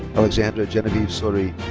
alexandra genevieve soree.